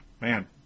man